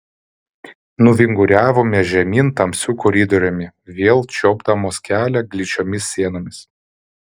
nuvinguriavome žemyn tamsiu koridoriumi vėl čiuopdamos kelią gličiomis sienomis